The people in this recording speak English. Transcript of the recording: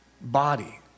body